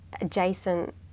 adjacent